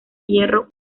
hierro